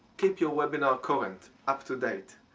keep your webinar current, up to date.